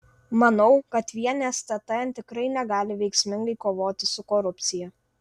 manau kad vien stt tikrai negali veiksmingai kovoti su korupcija